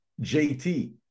JT